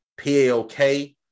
PAOK